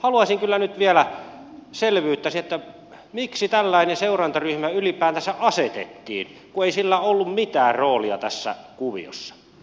haluaisin kyllä nyt vielä selvyyttä siihen miksi tällainen seurantaryhmä ylipäätänsä asetettiin kun ei sillä ollut mitään roolia tässä kuviossa